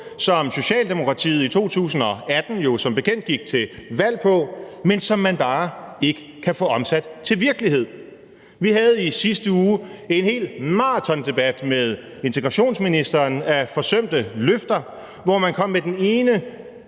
som Socialdemokratiet i 2018 jo som bekendt gik til valg på, men som man bare ikke kan få omsat til virkelighed. Vi havde i sidste uge en hel maratondebat med integrationsministeren om forsømte løfter, hvor man kom med den ene